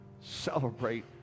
celebrate